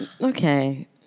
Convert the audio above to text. Okay